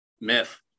myth